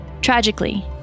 Tragically